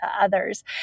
others